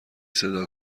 صدا